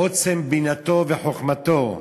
עוצם בינתו וחכמתו,